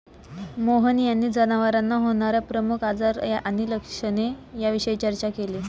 मोहन यांनी जनावरांना होणार्या प्रमुख आजार आणि त्यांची लक्षणे याविषयी चर्चा केली